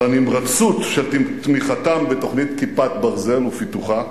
על הנמרצות של תמיכתם בתוכנית "כיפת ברזל" ובפיתוחה,